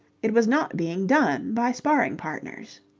it was not being done by sparring-partners.